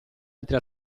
altri